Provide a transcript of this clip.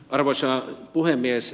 arvoisa puhemies